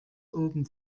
oben